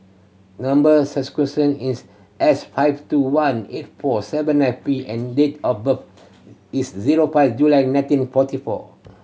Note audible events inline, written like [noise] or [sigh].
number [unintelligible] is S five two one eight four seven nine P and date of birth is zero five July nineteen forty four